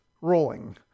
rolling